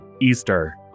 easter